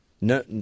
No